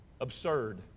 Absurd